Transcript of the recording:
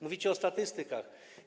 Mówicie o statystykach.